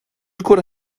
kunde